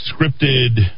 scripted